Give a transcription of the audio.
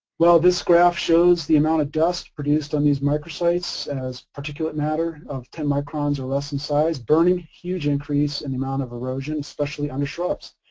well this graph shows the amount dust produced on these microsites as particulate matter of ten microns or less in size, burning, huge increase in the amount of erosion especially under shrubs.